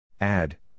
Add